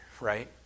right